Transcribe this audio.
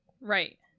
right